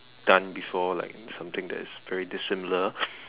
done before like something that is very dissimilar